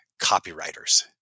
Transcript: copywriters